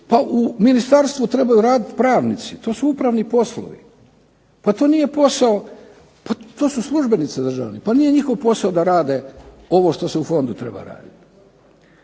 Pa u ministarstvu trebaju raditi pravnici, to su upravni poslovi. Pa to nije posao, pa to su službenici državni, pa nije njihov posao da rade ovo što se u fondu treba raditi.